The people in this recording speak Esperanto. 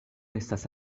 estas